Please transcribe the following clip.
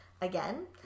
again